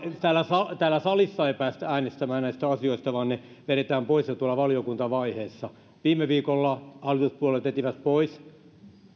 täällä salissa ei päästä äänestämään näistä asioista vaan ne vedetään pois jo tuolla valiokuntavaiheessa viime viikolla hallituspuolueet vetivät pois